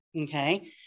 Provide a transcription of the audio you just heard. okay